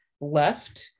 left